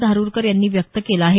धारुरकर यांनी व्यक्त केलं आहे